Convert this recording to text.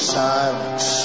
silence